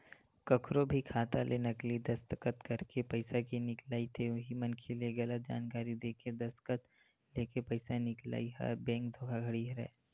कखरो भी खाता ले नकली दस्कत करके पइसा के निकलई ते उही मनखे ले गलत जानकारी देय के दस्कत लेके पइसा निकलई ह बेंक धोखाघड़ी हरय